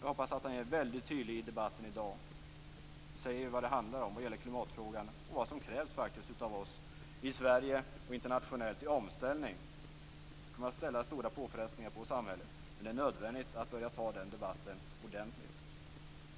Jag hoppas att han är väldigt tydlig i debatten i dag och säger vad det handlar om när det gäller klimatfrågan och vad som krävs av oss i Sverige och internationellt vid en omställning. Det kommer att utsätta samhället för stora påfrestningar, men det är nödvändigt att ordentligt föra den debatten.